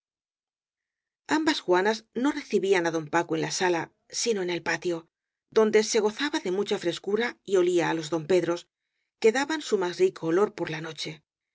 ambas juanas no recibían á don paco en la sala sino en el patio donde se gozaba de mucha frescu ra y olía á los dompedros que daban su más rico olor por la noche